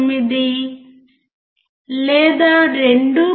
499 లేదా 2